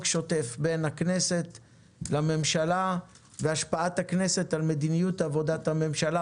שוטף בין הכנסת לממשלה והשפעת הכנסת על מדיניות עבודת הממשלה,